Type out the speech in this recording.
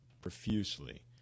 profusely